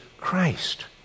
Christ